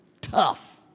tough